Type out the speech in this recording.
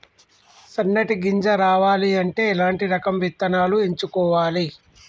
సన్నటి గింజ రావాలి అంటే ఎలాంటి రకం విత్తనాలు ఎంచుకోవాలి?